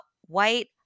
white